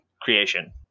creation